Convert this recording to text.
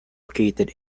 located